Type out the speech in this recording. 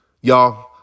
Y'all